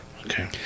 Okay